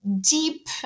Deep